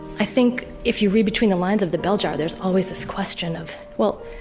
i think if you read between the lines of the bell jar there's always this question of well.